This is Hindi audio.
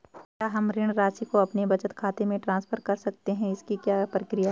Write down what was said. क्या हम ऋण राशि को अपने बचत खाते में ट्रांसफर कर सकते हैं इसकी क्या प्रक्रिया है?